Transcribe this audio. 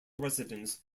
residence